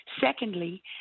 Secondly